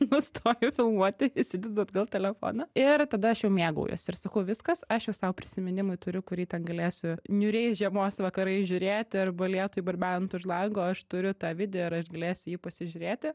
nustoju filmuoti įsidedu atgal telefoną ir tada aš jau mėgaujuos ir sakau viskas aš jau sau prisiminimui turiu kurį ten galėsiu niūriais žiemos vakarais žiūrėti arba lietui barbenant už lango aš turiu tą video ir aš galėsiu jį pasižiūrėti